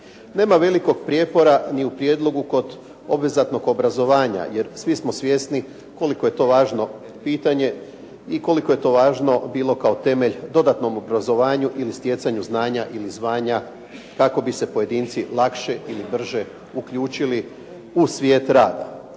Nema velikog prijepora ni u prijedlogu kod obaveznog obrazovanja, jer svi smo svjesni koliko je to važno pitanje i koliko je to važno bilo kao temelj dodatnom obrazovanju ili stjecanju znanja ili zvanja, kako bi se pojedinci lakše ili brže uključili u svijet rada.